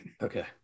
Okay